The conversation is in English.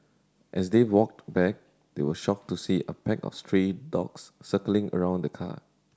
as they walked back they were shocked to see a pack of stray dogs circling around the car